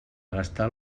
gastar